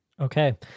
Okay